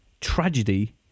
tragedy